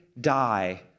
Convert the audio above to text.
die